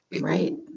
Right